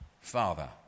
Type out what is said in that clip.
Father